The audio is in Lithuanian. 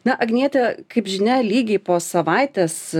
na agniete kaip žinia lygiai po savaitės